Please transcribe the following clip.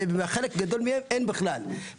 ובחלק גדול מהם אין בכלל.